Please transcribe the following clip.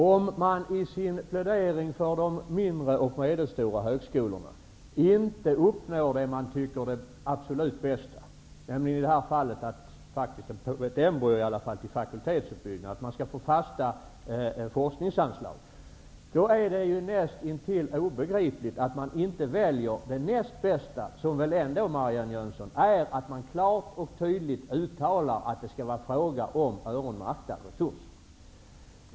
Om man i sin plädering för de mindre och medelstora högskolorna inte uppnår det som man tycker är det absolut bästa -- i detta fall ett embryo till fakultetsuppbyggnad, att man skall få fasta forskningsanslag -- då är det nästintill obegripligt att man inte väljer det näst bästa, som väl ändå är, Marianne Jönsson, att man klart och tydligt uttalar att det skall vara fråga om öronmärkta resurser.